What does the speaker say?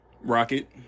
rocket